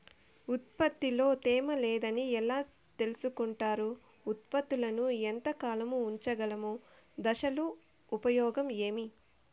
ఉత్పత్తి లో తేమ లేదని ఎలా తెలుసుకొంటారు ఉత్పత్తులను ఎంత కాలము ఉంచగలము దశలు ఉపయోగం ఏమి?